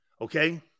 Okay